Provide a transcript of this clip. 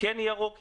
כן ירוק איטליה,